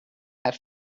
that